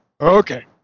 Okay